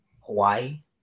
Hawaii